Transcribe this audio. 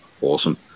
Awesome